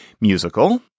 musical